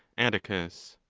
atticus.